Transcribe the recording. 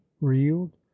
reeled